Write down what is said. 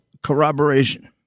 Corroboration